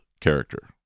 character